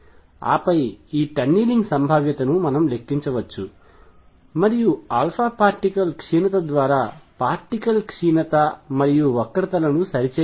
ఆపై ఈ టన్నలింగ్ సంభావ్యతను లెక్కించవచ్చు మరియు ఆల్ఫా పార్టికల్ క్షీణత ద్వారా పార్టికల్ క్షీణత మరియు వక్రతలను సరిచేయవచ్చు